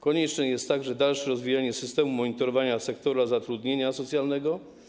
Konieczne jest dalsze rozwijanie systemu monitorowania sektora zatrudnienia socjalnego.